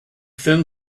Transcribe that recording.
thin